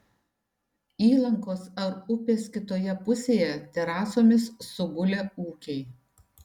įlankos ar upės kitoje pusėje terasomis sugulę ūkiai